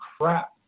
crap